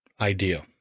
idea